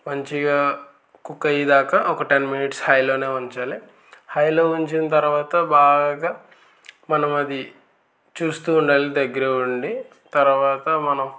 మంచిగా కుక్ అయ్యేదాక ఒక టెన్ మినిట్స్ హైలోనే ఉంచాలి హైలో ఉంచిన తర్వాత బాగా మనం అది చూస్తు ఉండాలి దగ్గర ఉండి తర్వాత మనం